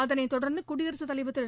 அதனைத் தொடர்ந்து குடியரசுத் தலைவர் திரு